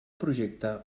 projecte